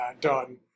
done